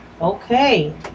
okay